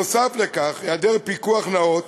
נוסף על כך, בהיעדר פיקוח נאות,